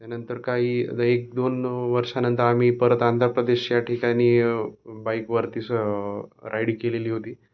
त्यानंतर काही एक दोन वर्षानंतर आम्ही परत आंध्र प्रदेशच्या ठिकाणी बाईकवरतीसुद्धा राईड केलेली होती